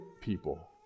people